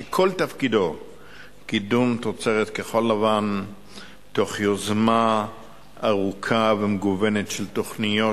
שכל תפקידו קידום תוצרת כחול-לבן תוך יוזמה ארוכה ומגוונת של תוכניות,